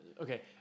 okay